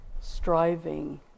striving